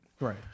Right